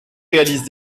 réalise